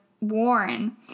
Warren